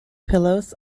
pillows